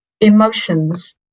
emotions